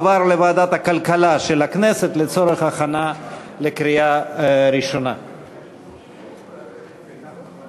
ותועבר להכנה לקריאה ראשונה בוועדת העבודה,